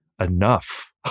enough